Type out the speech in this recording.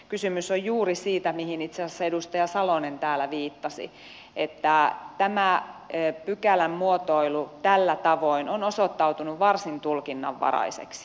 kysymys on juuri siitä mihin itse asiassa edustaja salonen täällä viittasi että tämä pykälän muotoilu tällä tavoin on osoittautunut varsin tulkinnanvaraiseksi